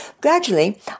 Gradually